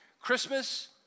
Christmas